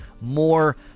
more